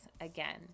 again